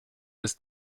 ist